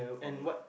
for me